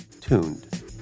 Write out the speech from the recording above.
TUNED